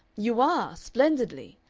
you are. splendidly.